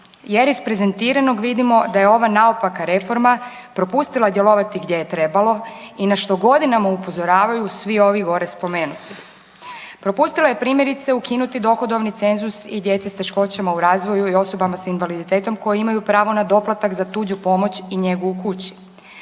jer iz prezentiranog vidimo da je ova naopaka reforma propustila djelovati gdje je trebalo i na što godinama upozoravaju svi ovi gore spomenuti. Propustila je primjerice, ukinuti dohodovni cenzus i djeci s teškoćama u razvoju i osobama s invaliditetom koji imaju pravo na doplatak za tuđu pomoć i njegu u kući.